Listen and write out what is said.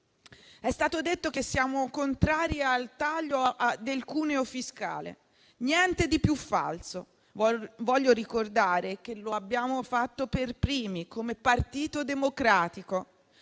È stato detto che siamo contrari al taglio del cuneo fiscale: niente di più falso. Voglio ricordare che lo abbiamo fatto per primi, come Partito Democratico.